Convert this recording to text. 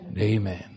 amen